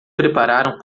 prepararam